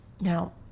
Now